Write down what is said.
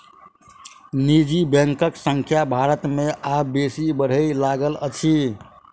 निजी बैंकक संख्या भारत मे आब बेसी बढ़य लागल अछि